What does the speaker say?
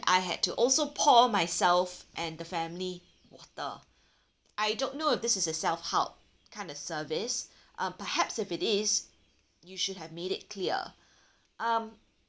I had to also pour myself and the family water I don't know if this is a self help kind of service uh perhaps if it is you should have made it clear um